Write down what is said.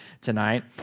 tonight